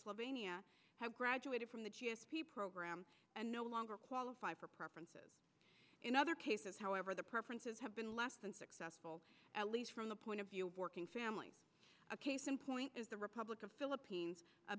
slovenia have graduated from the program and no longer qualify for preferences in other cases however the preferences have been less than successful at least from the point of view of working families a case in point is the republic of philippines